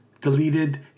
deleted